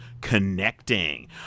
Connecting